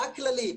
רק כללי,